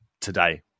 today